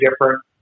different